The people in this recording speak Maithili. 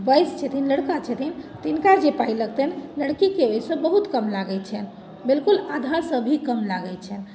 बॉयज छथिन लड़का छथिन तिनका जे पाइ लगतनि लड़कीके ओइसँ बहुत कम लागै छनि बिलकुल आधासँ भी कम लागै छनि